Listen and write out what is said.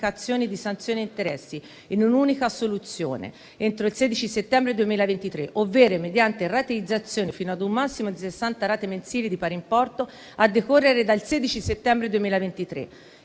di sanzioni e interessi in un'unica soluzione entro il 16 settembre 2023, ovvero mediante rateizzazione fino ad un massimo di 60 rate mensili di pari importo a decorrere dal 16 settembre 2023.